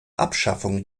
abschaffung